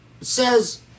says